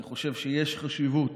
אני חושב שיש חשיבות